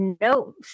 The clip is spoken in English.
no